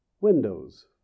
windows